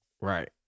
Right